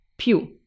più